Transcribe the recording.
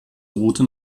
route